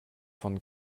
von